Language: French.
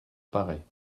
paraît